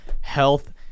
Health